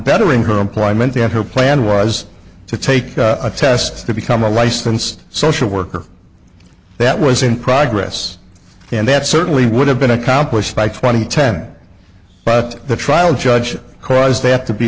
bettering her employment and her plan was to take a test to become a licensed social worker that was in progress and that certainly would have been accomplished by twenty ten but the trial judge because they have to be